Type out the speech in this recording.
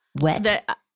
Wet